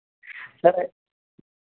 sir